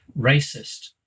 racist